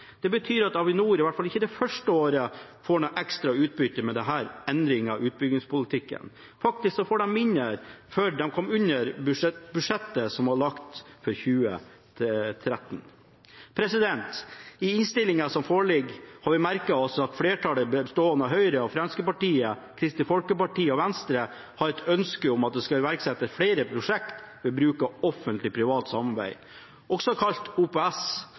Det betyr at de iallfall ikke det første året får noe ekstra utbytte med denne endringen av utbyttepolitikken. Faktisk får de mindre fordi de kom under budsjettet som var lagt for 2013. I innstillingen som foreligger, har vi merket oss at flertallet, bestående av Høyre, Fremskrittspartiet, Kristelig Folkeparti og Venstre, har et ønske om at det skal iverksettes flere prosjekt ved bruk av offentlig–privat samarbeid, også kalt OPS,